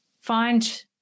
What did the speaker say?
find